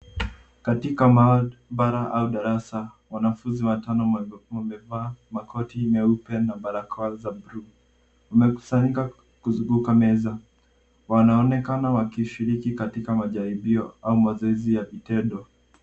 Katika maabara au darasa, wanafunzi watano wamevaa makoti meupe na barakoa za blue . Wamekusanyika kuzunguka meza. Wanaonekana wakishiriki katika majaribio au mazoezi ya vitendo.